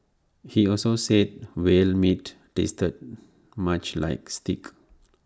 he also said whale meat tasted much like steak